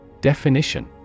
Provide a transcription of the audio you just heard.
Definition